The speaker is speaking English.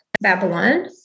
Babylon